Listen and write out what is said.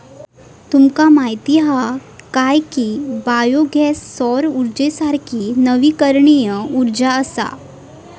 तुमका माहीत हा काय की बायो गॅस सौर उर्जेसारखी नवीकरणीय उर्जा असा?